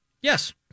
Yes